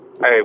Hey